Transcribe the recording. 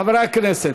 חברי הכנסת,